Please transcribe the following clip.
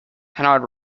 hanaud